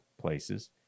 places